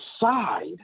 decide